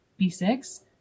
b6